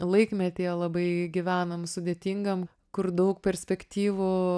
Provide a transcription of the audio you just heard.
laikmetyje labai gyvenam sudėtingam kur daug perspektyvų